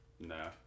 no